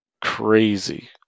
crazy